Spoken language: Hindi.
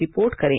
रिपोर्ट करें